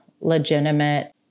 legitimate